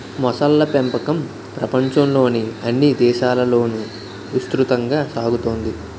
మొసళ్ళ పెంపకం ప్రపంచంలోని అన్ని దేశాలలోనూ విస్తృతంగా సాగుతోంది